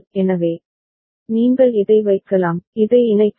எனவே நீங்கள் இதை வைக்கலாம் இதை இணைக்கவும்